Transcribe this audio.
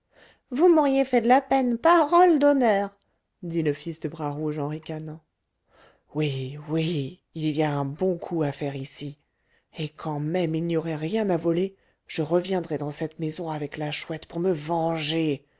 vous m'auriez fait de la peine parole d'honneur dit le fils de bras rouge en ricanant oui oui il y a un bon coup à faire ici et quand même il n'y aurait rien à voler je reviendrai dans cette maison avec la chouette pour me venger